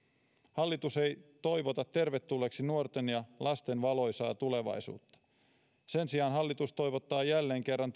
hallitus ei toivota tervetulleeksi nuorten ja lasten valoisaa tulevaisuutta sen sijaan hallitus toivottaa jälleen kerran